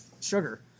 sugar